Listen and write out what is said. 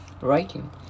writing